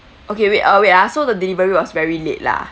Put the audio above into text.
okay wait uh wait ah so the delivery was very late lah